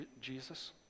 Jesus